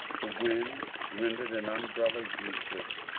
the wind rendered an umbrella useless,